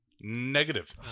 negative